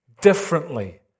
differently